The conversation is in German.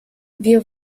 wir